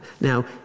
Now